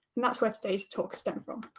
that's where today's talk stems from.